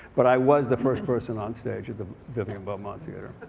but i was the first person onstage at the vivian beaumont theater.